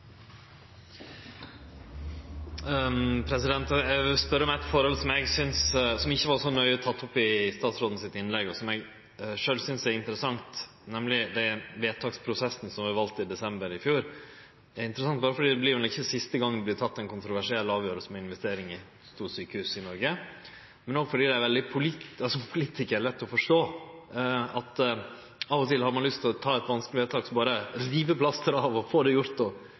Eg vil spørje om eit forhold som eg synest ikkje var så nøye teke opp i statsråden sitt innlegg, og som eg sjølv synest er interessant, nemleg vedtaksprosessen som vart valt i desember i fjor. Det er interessant fordi det neppe vert siste gong det vert teke ei kontroversiell avgjerd om investering i to sjukehus i Noreg, men òg fordi det som politikar er lett å forstå at ein av og til har lyst å gjere eit vanskeleg vedtak og berre rive plasteret av, få det gjort, ferdig med det og ta juleferie. Men det